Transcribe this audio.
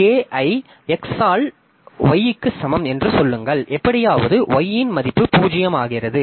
k ஐ x ஆல் y க்கு சமம் என்று சொல்லுங்கள் எப்படியாவது y இன் மதிப்பு 0 ஆகிறது